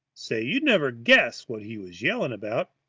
say, you'd never guess what he was yelling about.